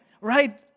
right